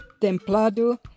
templado